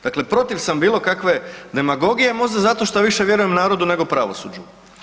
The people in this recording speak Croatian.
Dakle, protiv sam bilo kakve demagogije možda zato što više vjerujem narodu nego pravosuđu.